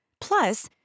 Plus